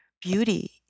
beauty